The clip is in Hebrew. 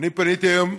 אני פניתי היום,